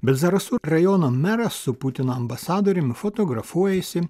bet zarasų rajono meras su putino ambasadorium fotografuojasi